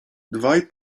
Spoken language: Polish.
dwaj